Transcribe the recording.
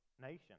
nation